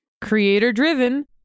Creator-driven